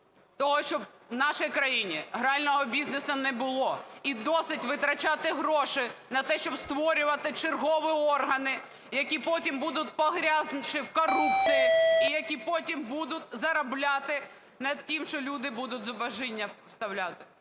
того, щоб в нашій країні грального бізнесу не було. І досить витрачати гроші на те, щоб створювати чергові органи, які потім будуть погрязши в корупції і які потім будуть заробляти на тому, що люди будуть зубожіння… Тому ми